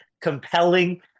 compelling